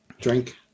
drink